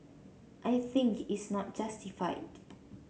I think is not justified